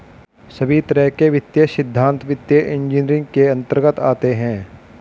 सभी तरह के वित्तीय सिद्धान्त वित्तीय इन्जीनियरिंग के अन्तर्गत आते हैं